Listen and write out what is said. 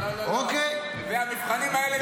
אוקיי --- לא, לא, המבחנים האלה נמאסו.